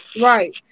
Right